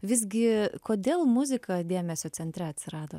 visgi kodėl muzika dėmesio centre atsirado